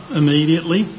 immediately